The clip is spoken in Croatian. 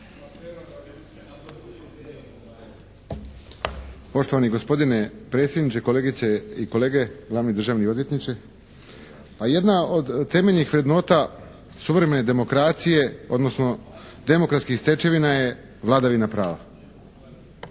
Poštovani gospodine predsjedniče, kolegice i kolege, glavni državni odvjetniče! Pa jedna od temeljnih vrednota suvremene demokracije odnosno demokratskih stečevina je vladavina prava.